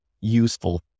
useful